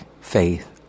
faith